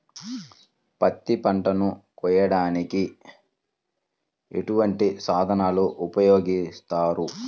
పత్తి పంటను కోయటానికి ఎటువంటి సాధనలు ఉపయోగిస్తారు?